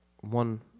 one